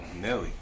Nelly